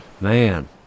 man